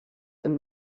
and